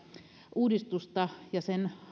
uudistusta ja sen